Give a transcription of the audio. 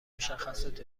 مشخصات